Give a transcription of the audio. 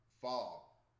fall